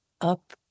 up